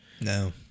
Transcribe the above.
No